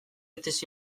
tesi